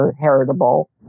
heritable